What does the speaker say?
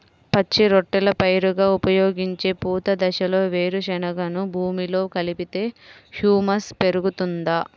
పచ్చి రొట్టెల పైరుగా ఉపయోగించే పూత దశలో వేరుశెనగను భూమిలో కలిపితే హ్యూమస్ పెరుగుతుందా?